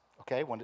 okay